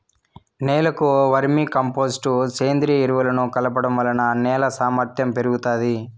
నేలకు vermicompost, సేంద్రీయ ఎరువులను కలపడం వలన నేల సామర్ధ్యం పెరుగుతాది